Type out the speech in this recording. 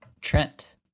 Trent